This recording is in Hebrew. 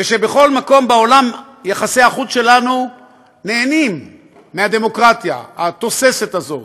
ושבכל מקום בעולם יחסי החוץ שלנו נהנים מהדמוקרטיה התוססת הזאת,